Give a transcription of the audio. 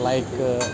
like